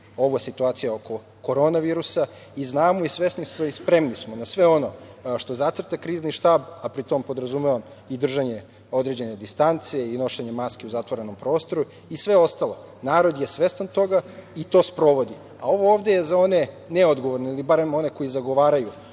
ova situacija oko korona virusa, i znamo i svesni smo i spremni smo na sve ono što zacrta Krizni štab, a pri tom podrazumeva i držanje određene distance i nošenje maske u zatvorenom prostoru i sve ostalo. Narod je svestan toga i to sprovodi. Ovo ovde je za one neodgovorne, ili barem za one koji zagovaraju